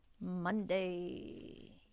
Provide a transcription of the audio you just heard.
Monday